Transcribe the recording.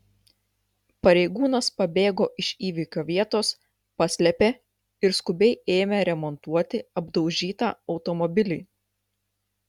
pareigūnas pabėgo iš įvykio vietos paslėpė ir skubiai ėmė remontuoti apdaužytą automobilį